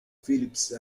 phillips